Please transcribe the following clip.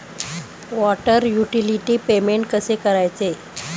Water utility payment कसे करायचे?